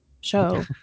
show